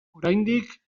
oraindik